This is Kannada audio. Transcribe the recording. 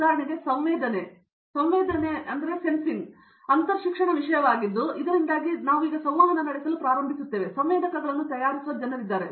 ಉದಾಹರಣೆಗೆ ಸಂವೇದನೆಯು ಅಂತರಶಿಕ್ಷಣ ವಿಷಯವಾಗಿದ್ದು ಇದರಿಂದಾಗಿ ನಾವು ಈಗ ಸಂವಹನ ನಡೆಸಲು ಪ್ರಾರಂಭಿಸುತ್ತೇವೆ ಸಂವೇದಕಗಳನ್ನು ತಯಾರಿಸುವ ಜನರಿದ್ದಾರೆ